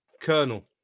Colonel